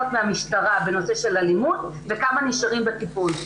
מהמשטרה בנושא של אלימות וכמה נשארים בטיפול.